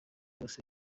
bose